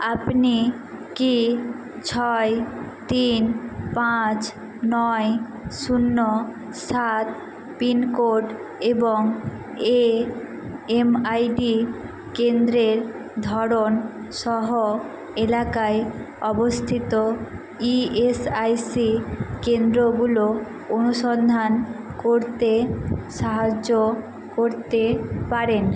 আপনি কি ছয় তিন পাঁচ নয় শূন্য সাত পিনকোড এবং এএমআইডি কেন্দ্রের ধরনসহ এলাকায় অবস্থিত ই এস আই সি কেন্দ্রগুলো অনুসন্ধান করতে সাহায্য করতে পারেন